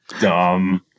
dumb